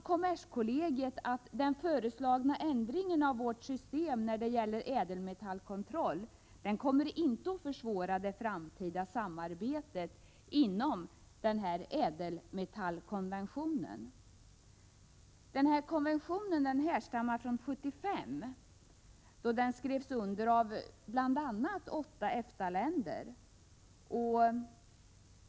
Kommerskollegium uttalade då att den föreslagna ändringen av vårt system för ädelmetallkontroll inte skulle komma att försvåra det framtida samarbetet inom ädelmetallkonventionen. Denna konvention härstammar från 1975, då den skrevs under av bl.a. åtta EFTA-länder.